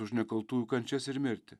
už nekaltųjų kančias ir mirtį